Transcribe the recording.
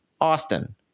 Austin